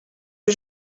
que